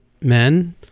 men